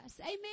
amen